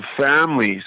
families